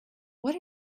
what